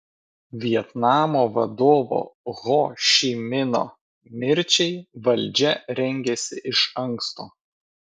vietnamo vadovo ho ši mino mirčiai valdžia rengėsi iš anksto